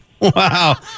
Wow